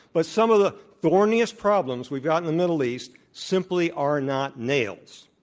but some of the thorniest problems we've got in the middle east simply are not nails.